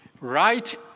right